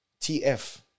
TF